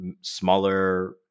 smaller